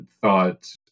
thought